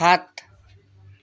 সাত